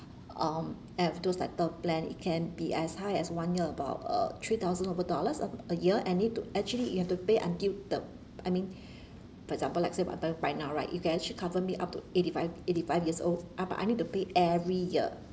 um and of those like term plan it can be as high as one year about uh three thousand over dollars a a year and need to actually you have to pay until the I mean for example like say if I buy now right you can actually cover me up to eighty five eighty five years old uh but I need to pay every year